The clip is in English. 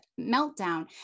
meltdown